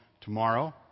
tomorrow